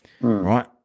right